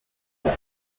guys